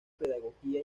pedagogía